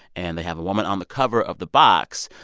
and they have a woman on the cover of the box.